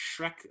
Shrek